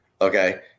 Okay